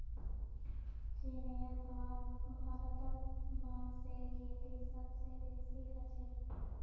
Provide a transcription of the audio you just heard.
चीनेर बाद भारतत बांसेर खेती सबस बेसी ह छेक